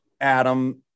Adam